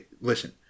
listen